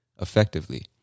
effectively